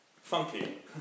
funky